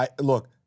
look